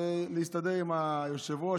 בזה נסתדר עם היושב-ראש,